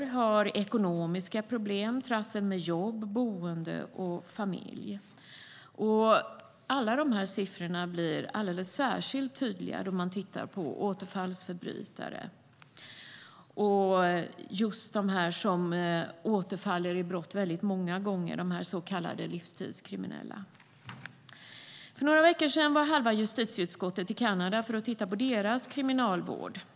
De har ekonomiska problem och trassel med jobb, boende och familj. Alla dessa siffror blir alldeles särskilt tydliga när man tittar på återfallsförbrytare och dem som återfaller i brott väldigt många gånger, de så kallade livstidskriminella. För några veckor sedan var halva justitieutskottet i Kanada för att titta på deras kriminalvård.